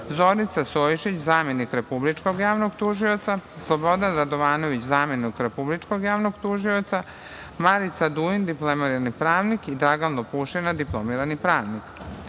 Zorica Stojšić, zamenik republičkog javnog tužioca, Slobodan Radovanović, zamenik republičkog javnog tužioca, Marica Dulin diplomirani pravnik i Dragan Lopušina diplomirani pravnik. Komisiju